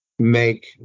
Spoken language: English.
make